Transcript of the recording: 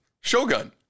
Shogun